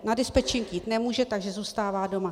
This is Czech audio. Na dispečink jít nemůže, takže zůstává doma.